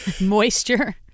moisture